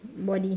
body